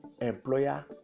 employer